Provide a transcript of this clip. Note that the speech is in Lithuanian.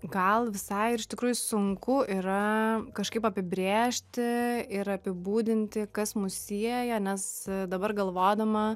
gal visai ir iš tikrųjų sunku yra kažkaip apibrėžti ir apibūdinti kas mus sieja nes dabar galvodama